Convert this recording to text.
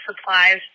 supplies